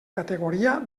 categoria